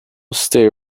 stay